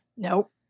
Nope